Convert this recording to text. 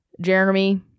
Jeremy